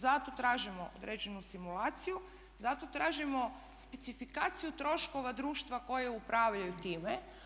Zato tražimo određenu simulaciju, zato tražimo specifikaciju troškova društva koji upravljaju time.